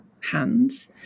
hands